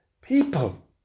people